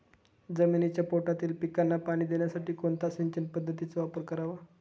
जमिनीच्या पोटातील पिकांना पाणी देण्यासाठी कोणत्या सिंचन पद्धतीचा वापर करावा?